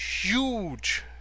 huge